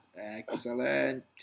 Excellent